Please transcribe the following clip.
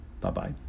Bye-bye